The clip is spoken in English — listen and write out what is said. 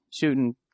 shooting